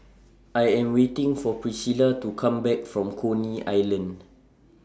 I Am waiting For Pricilla to Come Back from Coney Island